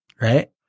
Right